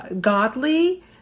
godly